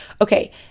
okay